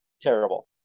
Terrible